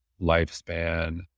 lifespan